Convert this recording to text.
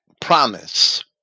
promise